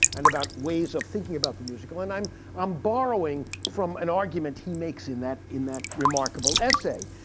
and about ways of thinking about the musical. and i'm i'm borrowing from an argument he makes in that in that remarkable essay.